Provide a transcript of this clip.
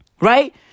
right